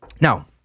Now